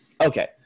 Okay